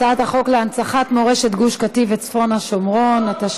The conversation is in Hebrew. הצעת חוק להנצחת מורשת גוש קטיף וצפון השומרון (תיקון,